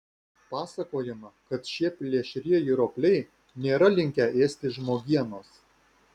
pasakojama kad šie plėšrieji ropliai nėra linkę ėsti žmogienos